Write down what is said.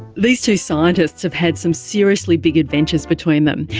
these two scientists have had some seriously big adventures between them.